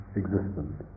existence